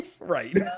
Right